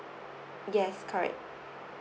yes correct